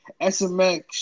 SMX